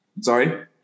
Sorry